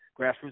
Grassroots